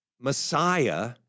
Messiah